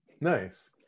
Nice